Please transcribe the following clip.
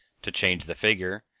to change the figure,